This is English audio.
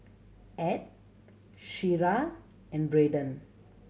Edd Shira and Braiden